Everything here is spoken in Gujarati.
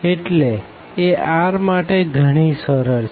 એટલે એ r માટે ગણી સરળ છે